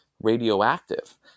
radioactive